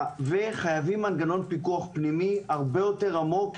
חייבים מנגנון פיקוח פנימי הרבה יתר עמוק,